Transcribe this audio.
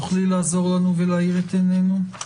תוכלי לעזור לנו ולהאיר את עינינו?